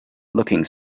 looking